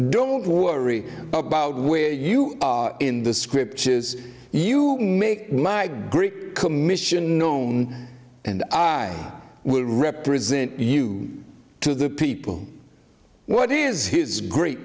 don't worry about where you are in the scriptures you make my great commission known and i will represent you to the people what is his great